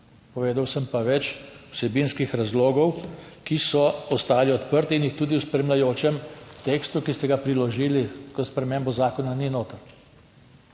povedal sem pa več vsebinskih razlogov, ki so ostali odprti in jih tudi v spremljajočem tekstu, ki ste ga priložili kot spremembo zakona, ni noter,